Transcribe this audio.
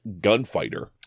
gunfighter